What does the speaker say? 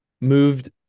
moved